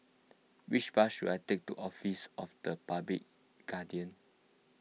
which bus should I take to Office of the Public Guardian